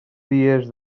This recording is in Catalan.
dies